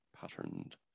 patterned